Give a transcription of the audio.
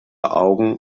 augen